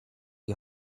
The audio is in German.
die